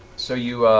so you